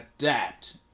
adapt